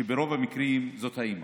וברוב המקרים זה האימא.